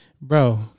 Bro